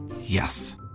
Yes